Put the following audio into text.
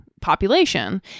population